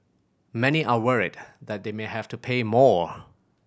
many are worried that they may have to pay more